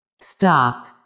Stop